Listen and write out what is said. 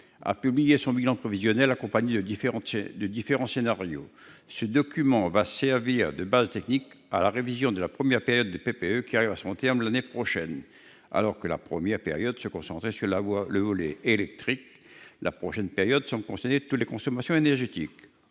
a publié son bilan prévisionnel accompagné de différents scénarios. Ce document va servir de base technique à la révision de la première période des PPE qui arrive à son terme l'année prochaine. Alors que la première période se concentrait sur le volet électrique, la prochaine période semble concerner toutes les consommations énergétiques.